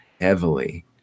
heavily